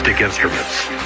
instruments